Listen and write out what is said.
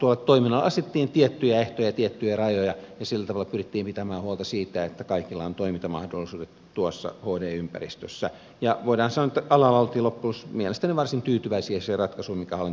tuolle toiminnalle asetettiin tiettyjä ehtoja tiettyjä rajoja ja sillä tavalla pyrittiin pitämään huolta siitä että kaikilla on toimintamahdollisuudet tuossa hd ympäristössä ja voidaan sanoa että alalla oltiin loppujen lopuksi mielestäni varsin tyytyväisiä siihen ratkaisuun mikä hallintoneuvostossa syntyi